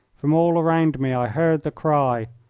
from all around me i heard the cry.